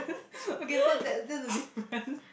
okay so that's that's the difference